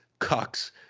cucks